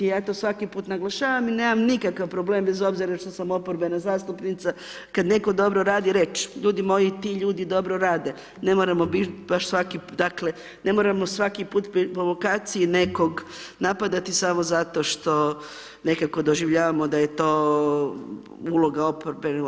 Ja to svaki put naglašavam, i nemam nikakav problem bez obzira što sam oporbena zastupnica, kad neko dobro radi reč, ljudi moji ti ljudi dobro rade, ne moramo bit baš svaki dakle ne moramo svaki put …/nerazumljivo/… nekog napadati samo zato što nekako doživljavamo da je to uloga oporbe.